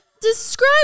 describe